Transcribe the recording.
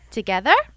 Together